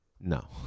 No